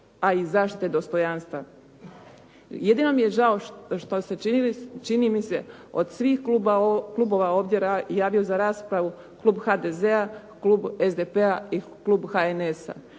a i zaštite dostojanstva. Jedino mi je žao što ste činili, čini mi se, od svih klubova ovdje javio za raspravu, klub HDZ-a, klub SDP-a i klub HNS-a.